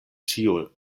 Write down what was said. ĉio